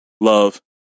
Love